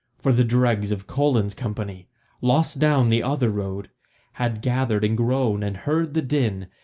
for the dregs of colan's company lost down the other road had gathered and grown and heard the din,